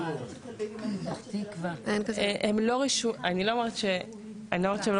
אני לא אומרת שהם לא